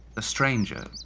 the stranger